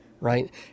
Right